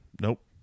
Nope